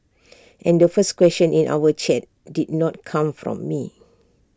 and the first question in our chat did not come from me